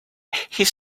his